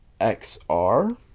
XR